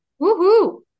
Woohoo